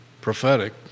prophetic